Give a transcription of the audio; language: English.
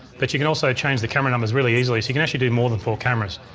but you can also change the camera numbers really easily you can actually do more than four cameras.